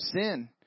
sin